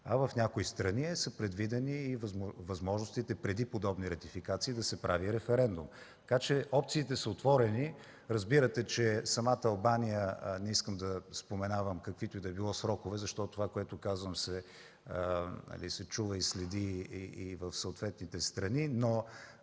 В някои страни са предвидени възможности преди подобни ратификации да се прави референдум. Така че опциите са отворени. Разбирате, че самата Албания – не искам да споменавам каквито и да било срокове, защото това, което казвам, се чува и следи в съответните страни, но